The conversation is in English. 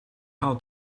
how